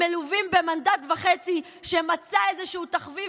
מלוּוים במנדט וחצי שמצא איזשהו תחביב